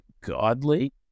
godly